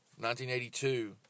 1982